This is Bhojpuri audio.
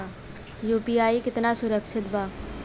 यू.पी.आई कितना सुरक्षित बा?